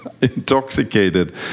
intoxicated